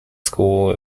school